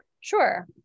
Sure